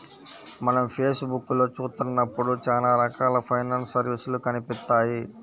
మనం ఫేస్ బుక్కులో చూత్తన్నప్పుడు చానా రకాల ఫైనాన్స్ సర్వీసులు కనిపిత్తాయి